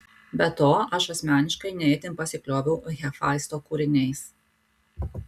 be to aš asmeniškai ne itin pasiklioviau hefaisto kūriniais